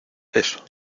eso